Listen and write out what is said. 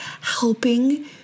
helping